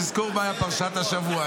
תזכור מהי פרשת השבוע.